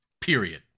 Period